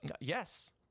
Yes